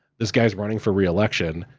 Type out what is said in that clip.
this guy's running for reelection.